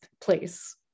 place